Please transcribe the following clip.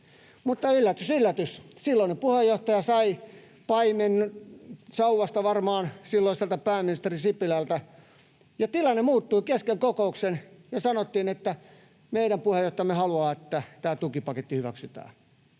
mutta yllätys yllätys, silloinen puheenjohtaja sai paimensauvasta varmaan silloiselta pääministeri Sipilältä ja tilanne muuttui kesken kokouksen ja sanottiin, että meidän puheenjohtajamme haluaa, että tämä tukipaketti hyväksytään.